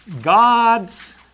God's